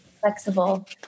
flexible